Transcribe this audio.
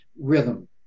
rhythm